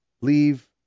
leave